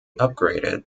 upgraded